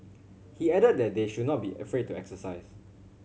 he added that they should not be afraid to exercise